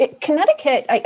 Connecticut